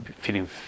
feeling